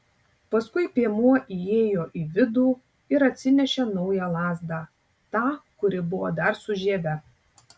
paskui piemuo įėjo į vidų ir atsinešė naują lazdą tą kuri buvo dar su žieve